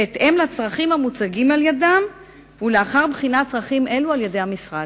בהתאם לצרכים המוצגים על-ידן ולאחר בחינת צרכים אלו על-ידי המשרד.